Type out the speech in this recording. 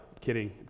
Kidding